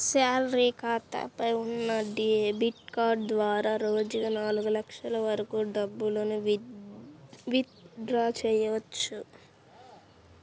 salary ఖాతాపై ఉన్న debit card ద్వారా రోజుకి నాలుగు లక్షల వరకు డబ్బులను విత్ డ్రా చెయ్యవచ్చు